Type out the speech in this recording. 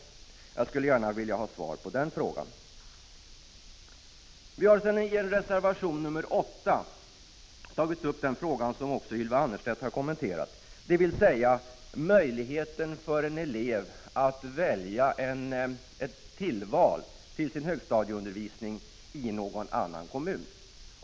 Jag skulle gärna vilja ha ett svar på den frågan. Vi har sedan i reservation 8 tagit upp den fråga som också Ylva Annerstedt har kommenterat, dvs. möjligheten för en elev att göra ett tillval till sin högstadieundervisning i någon annan kommun.